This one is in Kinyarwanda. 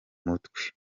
mutwe